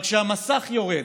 אבל כשהמסך יורד,